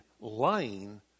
lying